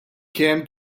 kemm